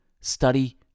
study